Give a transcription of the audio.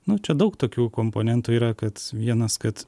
nu čia daug tokių komponentų yra kad vienas kad